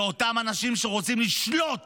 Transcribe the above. לאותם אנשים שרוצים לשלוט